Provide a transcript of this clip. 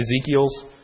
Ezekiel's